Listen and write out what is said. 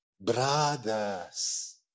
Brothers